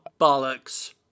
bollocks